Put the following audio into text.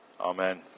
Amen